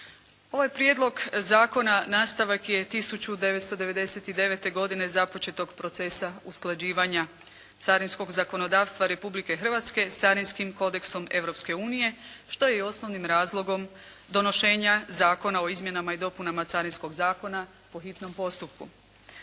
Ovaj prijedlog zakona nastavak je 1999. godine započetog procesa usklađivanja carinskog zakonodavstva Republike Hrvatske s carinskim kodeksom Europske unije, što je i osnovnim razlogom donošenja Zakona o izmjenama i dopunama Carinskog zakona po hitnom postupku.